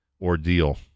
ordeal